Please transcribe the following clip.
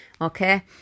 Okay